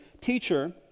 Teacher